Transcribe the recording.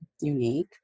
unique